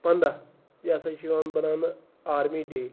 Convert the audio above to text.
پنٛداہ یہِ ہَسا چھُ یِوان بَناونہٕ آرمی ڈے